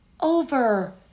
over